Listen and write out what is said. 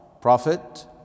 Prophet